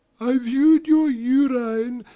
i view'd your urine,